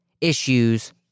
issues